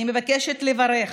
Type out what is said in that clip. אני מבקשת לברך